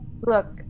Look